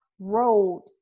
road